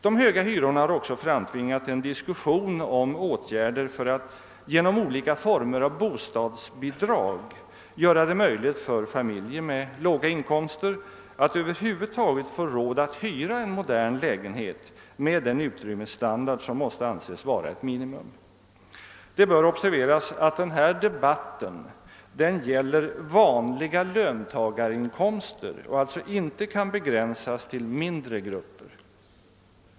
De höga hyrorna har framtvingat en diskussion om åtgärder för att genom olika former av bostadsbidrag göra det möjligt för familjer med låga inkomster att över huvud taget få råd att hyra en modern lägenhet med den utrymmesstandard som måste anses vara ett minimum. Det bör observeras att denna debatt gäller vanliga löntagarinkomster och alltså inte kan begränsas till mindre grupper.